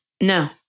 no